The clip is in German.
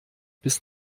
bis